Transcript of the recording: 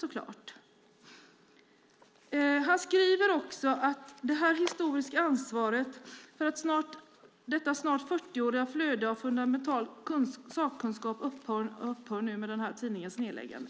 Åke Daun skriver att det historiska ansvaret för ett snart 40-årigt flöde av fundamental sakkunskap upphör med tidningens nedläggande.